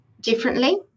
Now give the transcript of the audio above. differently